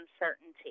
uncertainty